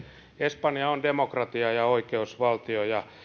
espanja on demokratia ja oikeusvaltio ja